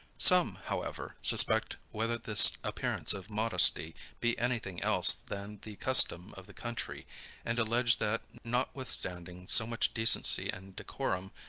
some, however, suspect whether this appearance of modesty be any thing else than the custom of the country and allege that, notwithstanding so much decency and decorum,